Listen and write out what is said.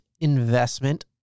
investment